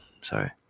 sorry